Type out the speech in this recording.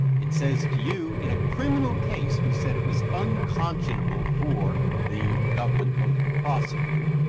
it says to you, in a criminal case, we said it was unconscionable for the government both to prosecute